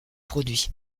produits